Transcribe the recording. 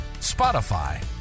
Spotify